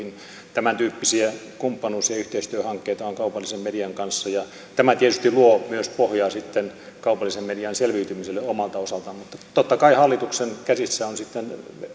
tämäntyyppisiä kumppanuus ja ja yhteistyöhankkeita on kaupallisen median kanssa ja tämä tietysti luo myös pohjaa sitten kaupallisen median selviytymiselle omalta osaltaan mutta totta kai hallituksen käsissä on sitten